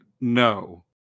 No